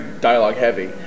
dialogue-heavy